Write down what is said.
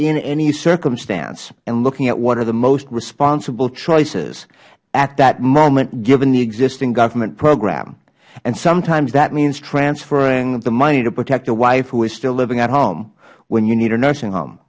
in any circumstance and looking at what are the most responsible choices at that moment given the existing government program sometimes that means transferring the money to protect the wife who is still living at home when you need a nursing home